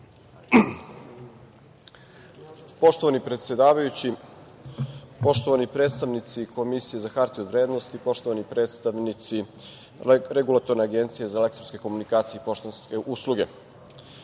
Poštovani predsedavajući, poštovani predstavnici Komisije za hartije od vrednosti, poštovani predstavnici Regulatorne agencije za elektronske komunikacije i poštanske usluge,